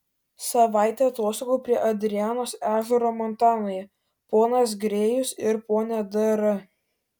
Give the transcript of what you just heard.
savaitė atostogų prie adrianos ežero montanoje ponas grėjus ir ponia d r